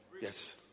Yes